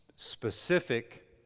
specific